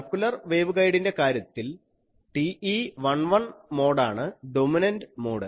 circular വേവ്ഗൈഡിൻ്റെ കാര്യത്തിൽ TE11 മോഡാണ് ഡൊമിനന്റ് മോഡ്